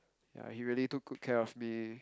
ya he really took good care of me